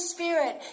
Spirit